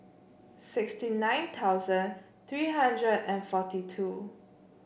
sixty nine thousand three hundred and forty two